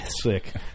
sick